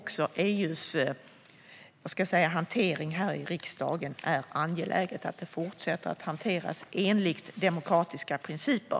Det är angeläget att riksdagen fortsätter att hantera EU-frågor enligt demokratiska principer.